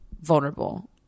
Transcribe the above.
vulnerable